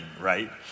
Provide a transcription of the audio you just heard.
right